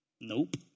Nope